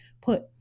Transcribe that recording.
put